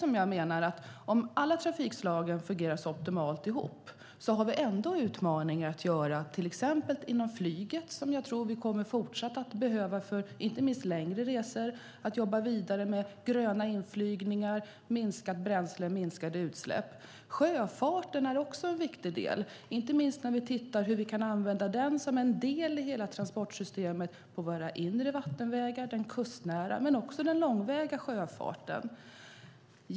Om alla trafikslag fungerar optimalt ihop har vi ändå utmaningar. Det gäller till exempel inom flyget. Jag tror att vi fortsatt kommer att behöva det inte minst för längre resor. Det handlar om att jobba vidare med gröna inflygningar, minskat bränsle och minskade utsläpp. Sjöfarten är också en viktig del. Vi kan använda den som en del i hela transportsystemet. Det gäller våra inre vattenvägar, den kustnära men också den långväga sjöfarten.